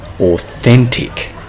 authentic